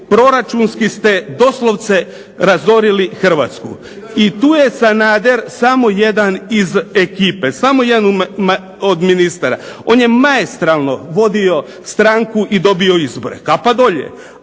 proračunski ste doslovce razorili Hrvatsku i to je Sanader samo jedan iz ekipe, samo jedan od ministara. On je maestralno vodio stranku i dobio izbore. Kapa dolje.